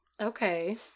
okay